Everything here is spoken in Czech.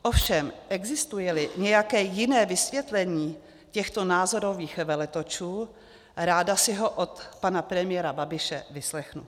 Ovšem existujeli nějaké jiné vysvětlení těchto názorových veletočů, ráda si ho od pana premiéra Babiše vyslechnu.